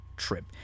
Trip